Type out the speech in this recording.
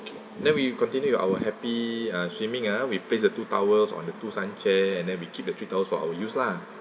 then we continue with our happy uh swimming ah we placed the two towels on the two sun chair and then we keep the three towels for our use lah